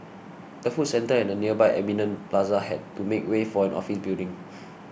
the food centre and the nearby Eminent Plaza had to make way for an office building